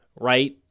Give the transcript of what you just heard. right